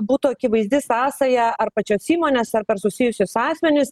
būtų akivaizdi sąsaja ar pačios įmonės ar per susijusius asmenis